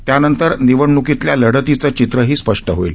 त्यानंतर निवडण्कीतल्या लढतींचं चित्रही स्पष्ट होईल